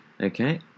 Okay